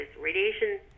radiation